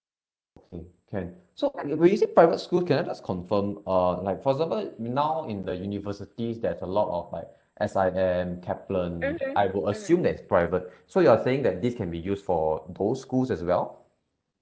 okay can so when you say private schools can I just confirm uh like for example now in the universities there's a lot of like S_I_M kaplan I will assume that is private so you're saying that this can be used for those schools as well